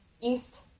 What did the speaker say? East